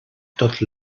tot